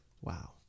Wow